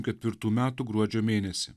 ketvirtų metų gruodžio mėnesį